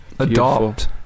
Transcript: Adopt